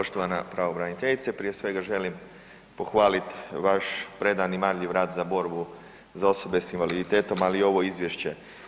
Poštovana pravobraniteljice, prije svega želim pohvalit vaš predan i marljiv rad za borbu za osobe s invaliditetom, ali i ovo izvješće.